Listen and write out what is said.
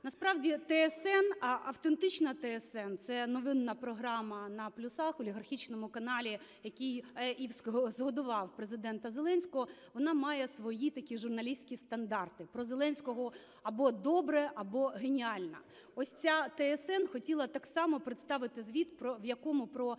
Насправді ТСН, автентична ТСН – це новинна програма на "плюсах", олігархічному каналі, який і згодував Президента Зеленського, вона має свої такі журналістські стандарти: про Зеленського або добре, або геніально. Ось ця ТСН хотіла так само представити звіт, в якому про Зеленського